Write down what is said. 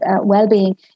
well-being